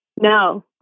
No